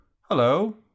Hello